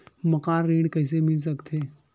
मकान ऋण कइसे मिल सकथे?